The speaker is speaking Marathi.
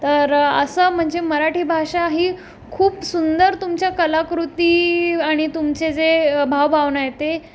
तर असं म्हणजे मराठी भाषा ही खूप सुंदर तुमच्या कलाकृती आणि तुमचे जे भावभावना आहेत ते